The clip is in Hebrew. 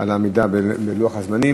גם על העמידה בלוח הזמנים.